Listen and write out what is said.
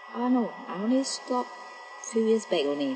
oh no I only stop few years back only